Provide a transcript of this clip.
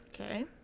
Okay